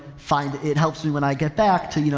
find it helps me when i get back to, you know,